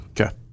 Okay